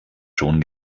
schon